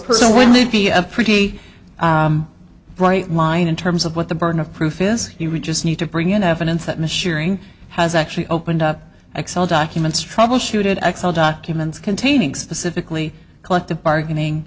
person would be a pretty bright line in terms of what the burden of proof is you read just need to bring in evidence that maturing has actually opened up excel documents troubleshooted excel documents containing specifically collective bargaining